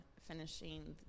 finishing